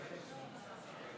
להלן תוצאות ההצבעה: